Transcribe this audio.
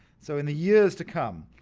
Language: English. so in the years to come,